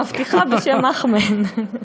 מבטיחה בשם אחמד.